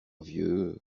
vieux